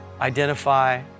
identify